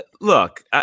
Look